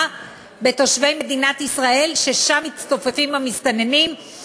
בתושבי מדינת ישראל בכל שכונות דרום תל-אביב ששם מצטופפים המסתננים.